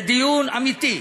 זה דיון אמיתי.